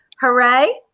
hooray